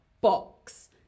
box